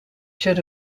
should